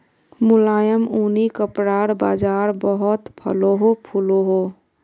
मुलायम ऊनि कपड़ार बाज़ार बहुत फलोहो फुलोहो